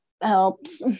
helps